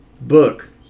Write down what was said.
Book